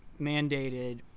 mandated